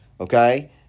okay